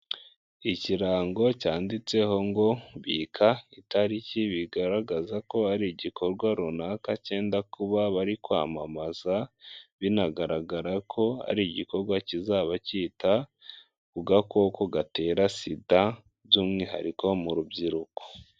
Ikirango cyanditseho ngo bika itariki bigaragaza ko ari igikorwa runaka cyenda kuba bari kwamamaza, binagaragara ko ari igikorwa kizaba cyita ku gakoko gatera sida by'umwihariko mu rubyiruko.